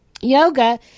yoga